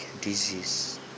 disease